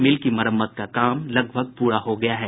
मिल की मरम्मत का काम लगभग पूरा हो गया है